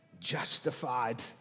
justified